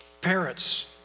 Parents